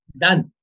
done